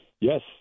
Yes